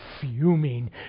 fuming